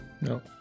No